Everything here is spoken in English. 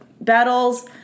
battles